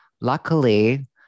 luckily